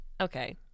Okay